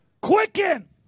quicken